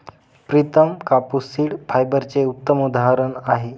प्रितम कापूस सीड फायबरचे उत्तम उदाहरण आहे